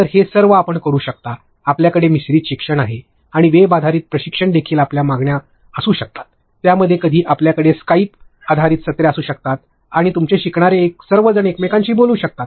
तर हे सर्व आपण करू शकता आपल्याकडे मिश्रित शिक्षण आहे आणि वेब आधारित प्रशिक्षणात देखील आपल्या मागण्या असू शकतात त्यामध्ये कधीकधी आपल्याकडे स्काईप आधारित सत्रे देखील असू शकतात आणि तुमचे शिकणारे सर्वजण एकमेकांशी बोलू शकतात